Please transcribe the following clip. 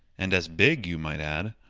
and as big, you might add.